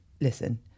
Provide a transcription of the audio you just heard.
Listen